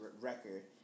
record